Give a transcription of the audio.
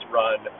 run